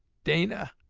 dana,